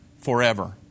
forever